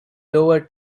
lower